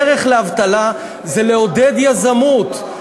הדרך להילחם באבטלה זה לעודד יזמות.